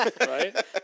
Right